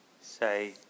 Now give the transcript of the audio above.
say